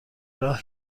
راه